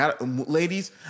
ladies